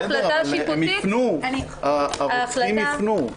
הרוצחים יפנו.